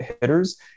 hitters